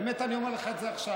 באמת, אני אומר לך את זה עכשיו.